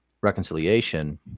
reconciliation